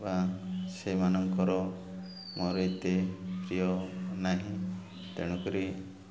ବା ସେମାନଙ୍କର ମୋର ଏତେ ପ୍ରିୟ ନାହିଁ ତେଣୁକରି